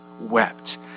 wept